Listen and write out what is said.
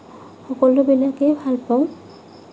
সকলোবিলাকেই ভাল পাওঁ